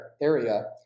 area